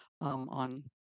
on